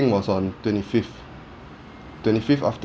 was on twenty fifth twenty fifth after~